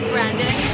Brandon